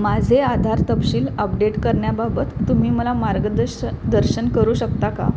माझे आधार तपशील अपडेट करण्याबाबत तुम्ही मला मार्गदश दर्शन करू शकता का